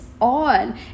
on